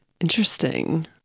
Interesting